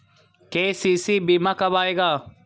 KCC बीमा कब आएगा?